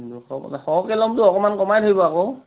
দুশ টকা সৰহকৈ ল'মতো অলপ কমাই ধৰিব আকৌ